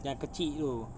yang kecil tu